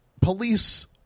police